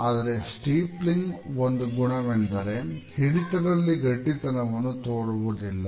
ಆದರೆ ಸ್ಟೀಪಲಿಂಗ್ ಒಂದು ಗುಣವೆಂದರೆ ಹಿಡಿತದಲ್ಲಿ ಗಟ್ಟಿತನವನ್ನು ತೋರುವುದಿಲ್ಲ